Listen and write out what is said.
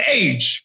age